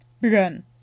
Begin